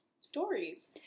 stories